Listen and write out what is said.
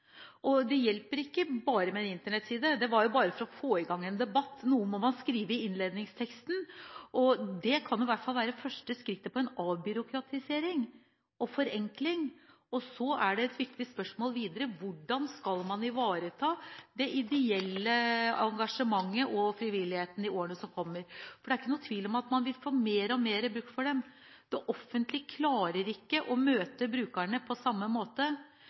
systemet? Det hjelper ikke bare med en Internett-side – det var bare for å få i gang en debatt, noe må man skrive i innledningsteksten. Det kan i hvert fall være første skritt på en avbyråkratisering og forenkling. Og så er det et viktig spørsmål videre: Hvordan skal man ivareta det ideelle engasjementet og frivilligheten i årene som kommer? For det er ikke noen tvil om at man vil få mer og mer bruk for dem. Det offentlige klarer ikke å møte brukerne på samme måte.